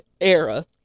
era